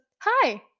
hi